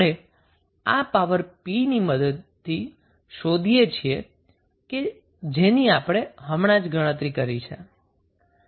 આપણે આ પાવર 𝑝 ની મદદથી શોધીએ છીએ કે જેની આપણે હમણાં જ ગણતરી કરી છે